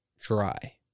dry